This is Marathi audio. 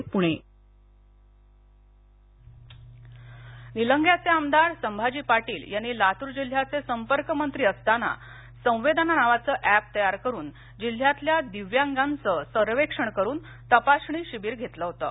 दिव्यांग मदत निलंग्याचे आमदार संभाजी पाटील यांनी लातूर जिल्ह्याचे संपर्कमंत्री असताना संवेदना नावाचं ऍप तयार करुन जिल्ह्यातल्या दिव्यांगांचं सर्वेक्षण करून तपासणी शिबिर घेतलं होतं